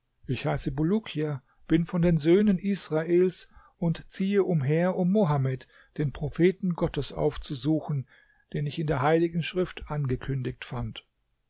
ich heiße bulukia bin von den söhnen israels und ziehe umher um mohammed den propheten gottes aufzusuchen den ich in der heiligen schrift angekündigt fand